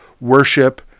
worship